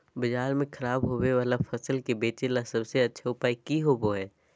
बाजार में खराब होबे वाला फसल के बेचे ला सबसे अच्छा उपाय की होबो हइ?